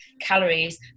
calories